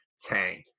tank